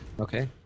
Okay